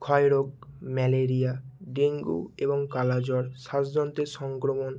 ক্ষয় রোগ malaria dengue এবং কালাজ্বর শ্বাসযন্ত্রের সংক্রমণ